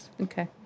Okay